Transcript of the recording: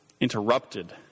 interrupted